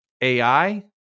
AI